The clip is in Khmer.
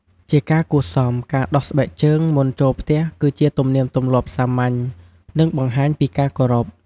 ជាការគួរសម ការដោះស្បែកជើងមុនចូលផ្ទះគឺជាទំនៀមទម្លាប់សាមញ្ញ និងបង្ហាញពីការគោរព។